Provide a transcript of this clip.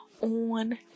on